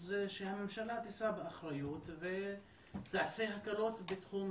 אז שהממשלה תישא באחריות ותעשה הקלות בתחום